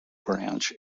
branch